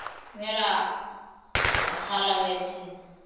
मेला अच्छा लगै छै